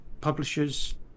publishers